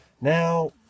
Now